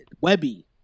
Webby